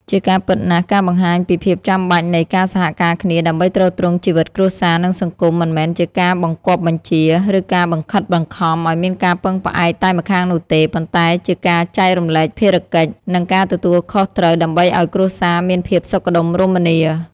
ជាការពិតណាស់ ការបង្កាញពីភាពចាំបាច់នៃការសហការគ្នាដើម្បីទ្រទ្រង់ជីវិតគ្រួសារ និងសង្គម មិនមែនជាការបង្គាប់បញ្ជា ឬការបង្ខិតបង្ខំឲ្យមានការពឹងផ្អែកតែម្ខាងនោះទេ ប៉ុន្តែជាការចែករំលែកភារកិច្ច និងការទទួលខុសត្រូវដើម្បីឲ្យគ្រួសារមានភាពសុខដុមរមនា។